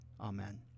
Amen